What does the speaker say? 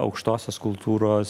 aukštosios kultūros